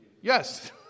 Yes